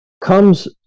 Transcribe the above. comes